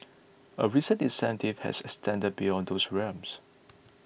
a recent initiative has extended beyond those realms